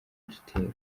gitero